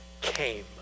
came